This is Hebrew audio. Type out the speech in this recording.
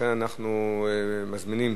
לכן, אנחנו מזמינים